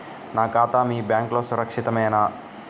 నా ఖాతా మీ బ్యాంక్లో సురక్షితమేనా?